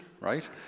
right